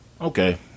Okay